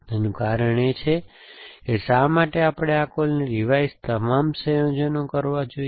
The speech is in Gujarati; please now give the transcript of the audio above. તેનું કારણ એ છે કે શા માટે આપણે આ કોલને રિવાઇઝના તમામ સંયોજનો કરવા જોઈએ